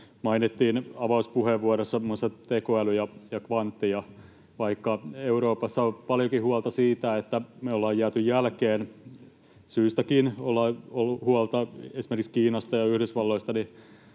Mainittiin avauspuheenvuorossa muun muassa tekoäly ja kvantti, ja vaikka Euroopassa on paljonkin huolta siitä, että me ollaan jääty jälkeen — syystäkin, on ollut huolta esimerkiksi Kiinasta ja Yhdysvalloista